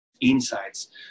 insights